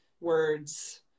words